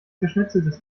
geschnetzeltes